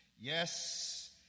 Yes